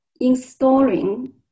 installing